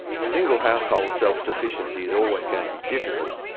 single household self sufficiency is always going to be difficult,